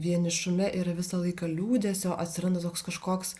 vienišume yra visą laiką liūdesio atsiranda toks kažkoks